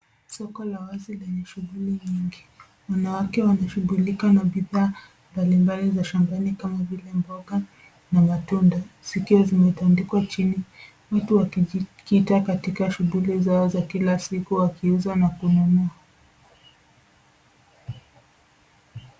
Soko la wazi lenye shughuli nying, wanawake wanashughulika na bidhaa mbalimbali za shambani, kama vile mboga, na matunda, zikiwa zimetandikwa chini. Watu wakijikita katika shughuli zao za kila siku wakiuza na kununua.